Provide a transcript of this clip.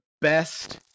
best